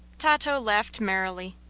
tato laughed merrily.